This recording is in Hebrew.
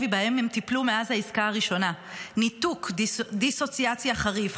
שבהם הם טיפלו מאז העסקה הראשונה: "ניתוק (דיסוציאציה) חריף,